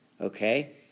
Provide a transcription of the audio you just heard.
okay